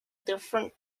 different